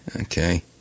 Okay